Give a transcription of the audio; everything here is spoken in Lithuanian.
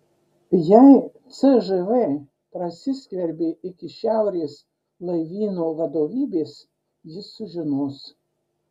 jei cžv prasiskverbė iki šiaurės laivyno vadovybės jis sužinos